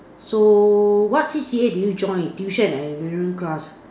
so what C_C_A did you join tuition enrichment class